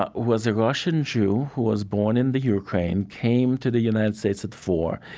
but was a russian jew who was born in the ukraine, came to the united states at four.